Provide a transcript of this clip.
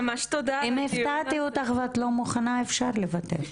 אם הפתעתי אותך ואת לא מוכנה אז אפשר לותר.